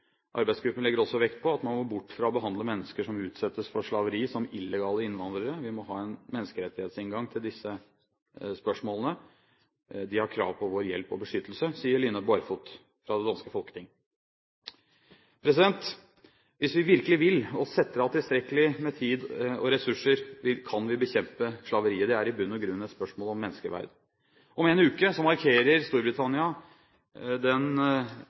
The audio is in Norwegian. Arbeidsgruppen legger også vekt på at man må bort fra å behandle mennesker som utsettes for slaveri, som illegale innvandrere. Vi må ha en menneskerettighetsinngang til disse spørsmålene. Disse menneskene har krav på vår hjelp og beskyttelse, sier Line Barfod fra det danske Folketinget. Hvis vi virkelig vil, og setter av tilstrekkelig med tid og ressurser, kan vi bekjempe slaveriet. Det er i bunn og grunn et spørsmål om menneskeverd. Om en uke markerer Storbritannia